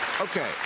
Okay